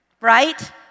Right